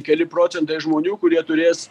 keli procentai žmonių kurie turės